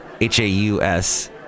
H-A-U-S